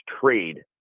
trade